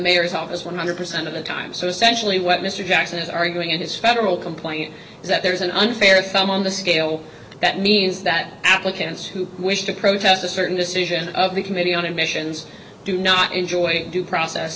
mayor's office one hundred percent of the time so essentially what mr jackson is arguing in his federal complaint is that there is an unfair thumb on the scale that means that applicants who wish to protest a certain decision of the committee on admissions do not enjoy due process